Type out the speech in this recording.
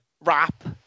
wrap